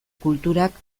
kulturak